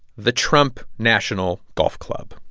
the trump national golf club,